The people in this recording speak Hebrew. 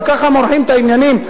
וככה מורחים את העניינים.